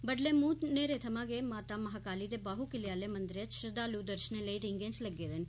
बडलै मूंह न्हेरे थमां गै माता महाकाली दे बाहू किले आले मंदरै च श्रद्धालु दर्शनें लेई रीगें च लग्गे दे न